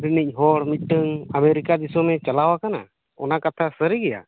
ᱨᱮᱱᱤᱡ ᱦᱚᱲ ᱢᱤᱫᱴᱮᱱ ᱟᱢᱮᱨᱤᱠᱟ ᱫᱤᱥᱚᱢᱮ ᱪᱟᱞᱟᱣ ᱠᱟᱱᱟ ᱚᱱᱟ ᱠᱟᱛᱷᱟ ᱥᱟᱹᱨᱤ ᱜᱮᱭᱟ